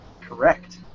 Correct